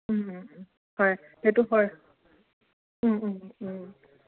ও ও ও হয় সেইটো হয় ও ও ও